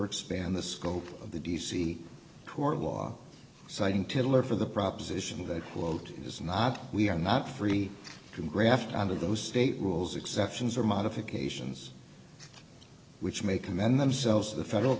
expand the scope of the d c court of law citing tiller for the proposition that quote is not we are not free to graft under those state rules exceptions or modifications which may commend themselves to the federal